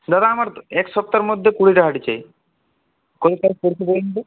দাদা আমার এক সপ্তাহর মধ্যে কুড়িটা হাঁড়ি চাই বলুন তো